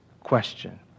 question